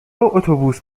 اتوبوس